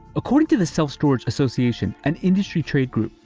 according to the self-storage association, an industry trade group,